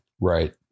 right